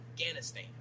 Afghanistan